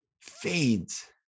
fades